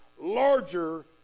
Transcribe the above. larger